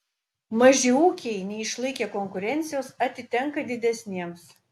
maži ūkiai neišlaikę konkurencijos atitenka didesniems